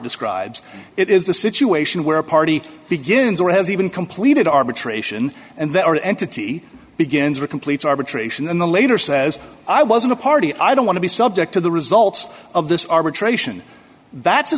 describes it is the situation where a party begins or has even completed arbitration and that entity begins or completes arbitration and the later says i wasn't a party i don't want to be subject to the results of this arbitration that's a